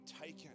taken